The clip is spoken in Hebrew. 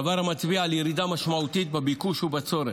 דבר המצביע על ירידה משמעותית בביקוש ובצורך,